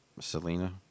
Selena